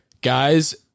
guys